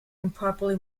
improperly